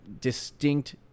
distinct